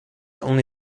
only